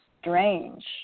strange